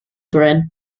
thread